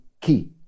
key